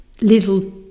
little